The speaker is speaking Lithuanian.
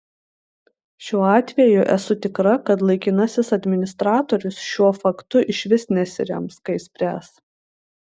šiuo atveju esu tikra kad laikinasis administratorius šiuo faktu išvis nesirems kai spręs